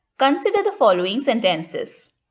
consider the following sentences.